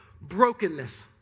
brokenness